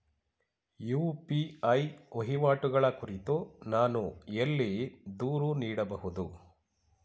UPI ವಹಿವಾಟುಗಳ ಕುರಿತು ನಾನು ಎಲ್ಲಿ ದೂರು ನೀಡಬಹುದು?